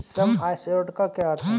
सम assured का क्या अर्थ है?